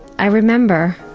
i remember,